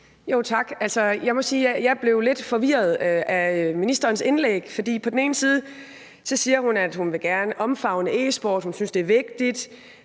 at jeg blev lidt forvirret af ministerens indlæg, for på den ene side siger hun, at hun gerne vil omfavne e-sport, og at hun synes, det er vigtigt,